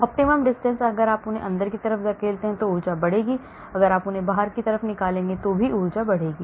optimum distance अगर आप उन्हें अंदर की ओर धकेलेंगे तो ऊर्जा बढ़ेगी अगर आप उन्हें बाहर निकालेंगे तो ऊर्जा बढ़ेगी